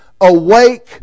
Awake